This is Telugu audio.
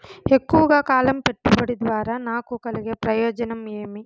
ఎక్కువగా కాలం పెట్టుబడి ద్వారా నాకు కలిగే ప్రయోజనం ఏమి?